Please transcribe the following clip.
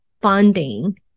funding